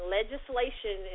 legislation